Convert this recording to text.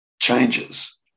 changes